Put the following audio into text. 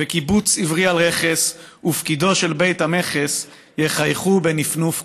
וקיבוץ עברי על רכס / ופקידו של בית המכס / יחייכו בנפנוף כובעם".